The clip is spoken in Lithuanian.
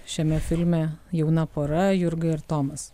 šiame filme jauna pora jurga ir tomas